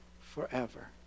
forever